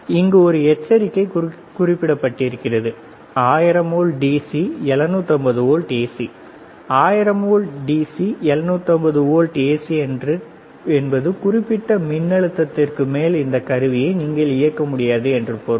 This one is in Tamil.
இங்கு ஒரு எச்சரிக்கை குறிப்பிடப்பட்டிருக்கிறது 1000 volt DC 750 volt AC 1000 volt DC 750 volt AC என்பது குறிப்பிட்ட மின் அழுத்தத்திற்கு மேல் இந்த கருவியை நீங்கள் இயக்க முடியாது என்று பொருள்